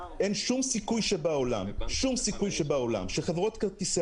אין שום סיכוי שבעולם שחברות כרטיסי